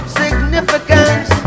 significance